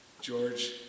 George